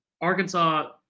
Arkansas